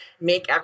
make